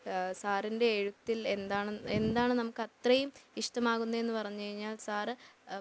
സാറിൻ്റെ എഴുത്തിൽ എന്താണെന്ന് എന്താണ് നമുക്കത്രയും ഇഷ്ടമാകുന്നതെന്ന് പറഞ്ഞു കഴിഞ്ഞാൽ സാർ